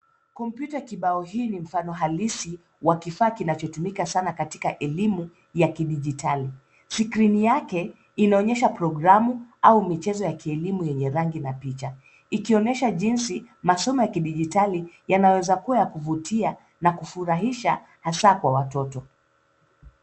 Kompyuta kibao hii ni mfano halisi wa kifaa kinachotumika sana katika elimu ya kidijitali. Skrini yake inaonyesha programu au michezo ya kielimu yenye rangi na picha. Ikionyesha jinsi masomo ya kidijitali yanaweza kuwa ya kuvutia na kufurahisha hasa kwa watoto.